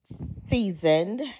seasoned